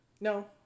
No